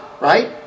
right